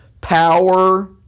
power